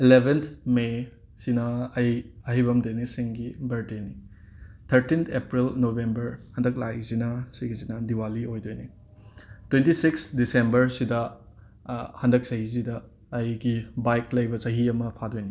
eleventh May ꯑꯁꯤꯅ ꯑꯩ ꯑꯍꯩꯕꯝ ꯗꯦꯅꯤꯁ ꯁꯤꯡꯒꯤ ꯕꯔꯗꯦꯅꯤ ꯊꯥꯔꯇꯤꯟꯠ ꯑꯦꯄ꯭ꯔꯤꯜ ꯅꯣꯕꯦꯝꯕꯔ ꯍꯟꯗꯛ ꯂꯥꯛꯏꯁꯤꯅ ꯁꯤꯒꯤꯁꯤꯅ ꯗꯤꯋꯥꯂꯤ ꯑꯣꯏꯗꯣꯏꯅꯦ ꯇꯣꯏꯟꯇꯤ ꯁꯤꯛꯁ ꯗꯤꯁꯦꯝꯕꯔꯁꯤꯗ ꯍꯟꯗꯛ ꯆꯍꯤꯁꯤꯗ ꯑꯩꯒꯤ ꯕꯥꯏꯛ ꯂꯩꯕ ꯆꯍꯤ ꯑꯃ ꯐꯥꯗꯣꯏꯅꯤ